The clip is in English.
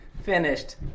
finished